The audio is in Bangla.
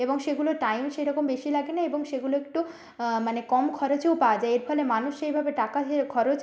এবং সেগুলো টাইম সেই রকম বেশি লাগে না এবং সেগুলো একটু মানে কম খরচেও পাওয়া যায় এর ফলে মানুষ সেইভাবে টাকা হে খরচ